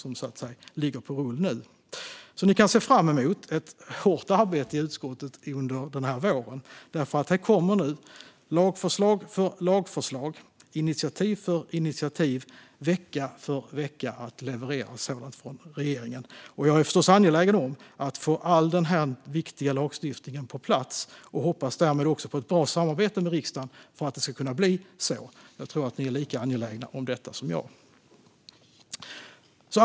Ni kan alltså se fram emot ett hårt arbete i utskottet under den här våren, för nu kommer regeringen att vecka efter vecka leverera lagförslag efter lagförslag och initiativ efter initiativ. Jag är förstås angelägen om att få all den här viktiga lagstiftningen på plats och hoppas därför på ett bra samarbete med riksdagen för att det ska kunna bli så. Jag tror att ni är lika angelägna om detta som jag är.